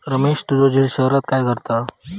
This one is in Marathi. रमेश तुझो झिल शहरात काय करता?